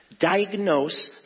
diagnose